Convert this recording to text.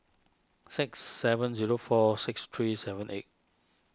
six seven zero four six three seven eight